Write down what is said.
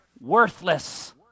worthless